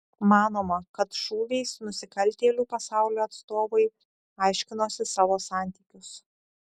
manoma kad šūviais nusikaltėlių pasaulio atstovai aiškinosi savo santykius